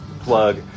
plug